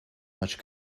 much